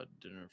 Dinner